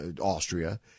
Austria